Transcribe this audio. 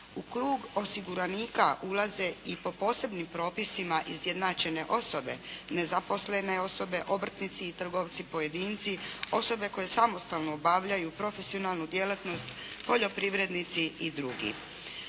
U krug osiguranika ulaze i po posebnim propisima izjednačene osobe nezaposlene osobe, obrtnici i trgovci pojedinci, osobe koje samostalno obavljaju profesionalnu djelatnost, poljoprivrednici i dr.